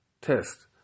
test